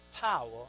power